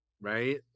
Right